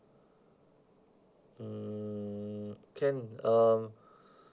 mm can um